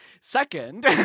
Second